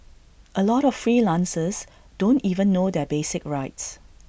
A lot of freelancers don't even know their basic rights